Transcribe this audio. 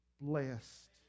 Blessed